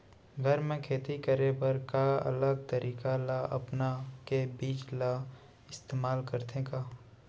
घर मे खेती करे बर का अलग तरीका ला अपना के बीज ला इस्तेमाल करथें का?